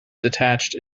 detached